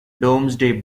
domesday